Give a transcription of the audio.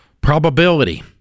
Probability